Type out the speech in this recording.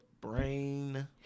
brain